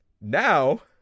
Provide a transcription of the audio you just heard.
Now